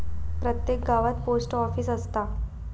प्रत्येक गावात post office असता